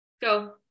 Go